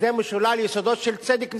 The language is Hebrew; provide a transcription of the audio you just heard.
שזה משולל יסודות של צדק בסיסי.